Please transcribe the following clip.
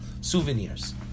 souvenirs